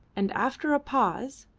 and after a pause